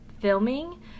filming